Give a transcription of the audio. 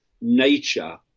nature